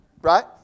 right